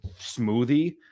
smoothie